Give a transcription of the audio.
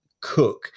cook